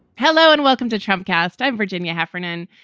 hello and welcome to trump cast. i'm virginia heffernan.